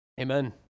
Amen